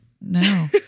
No